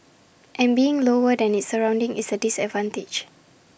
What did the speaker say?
and being lower than its surroundings is A disadvantage